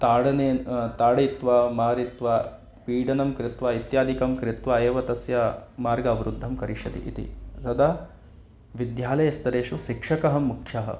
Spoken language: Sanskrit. ताडने ताडयित्वा मारित्वा पीडनं कृत्वा इत्यादिकं कृत्वा एव तस्य मार्गवृद्धिं करिष्यति इति तदा विद्यालयस्तरेषु शिक्षकः मुख्यः